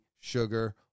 sugar